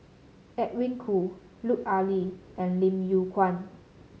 Edwin Koo Lut Ali and Lim Yew Kuan